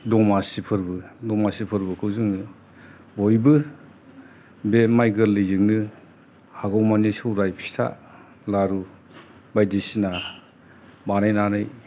दमासि फोरबो दमासि फोरबोखौ जोङो बयबो बे माइ गोरलैजोंनो हागौमानि सेवराय फिथा लारु बायदिसिना बानायनानै